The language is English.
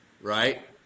right